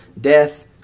Death